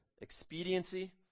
expediency